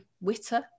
witter